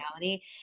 reality